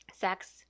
sex